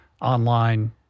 online